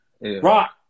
Rock